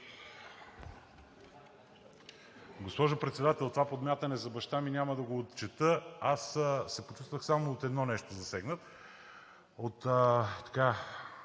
Госпожо Председател, това подмятане за баща ми няма да го отчета. Аз се почувствах само от едно нещо засегнат